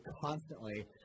constantly